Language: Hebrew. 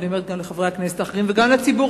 ואני אומרת גם לחברי הכנסת האחרים וגם לציבור